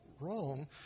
wrong